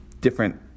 different